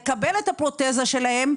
לקבל את הפרוטזה שלהם,